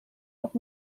doch